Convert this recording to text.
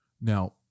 Now